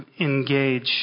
engage